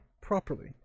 properly